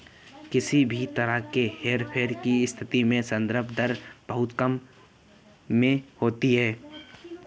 किसी भी तरह के हेरफेर की स्थिति में संदर्भ दर बहुत काम में आती है